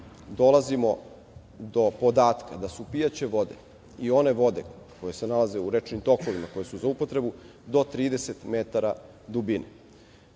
dolazimo do podatka da su pijaće vode i one vode koje se nalaze u rečnim tokovima koje su za upotrebu do 30 metara dubine,